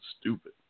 stupid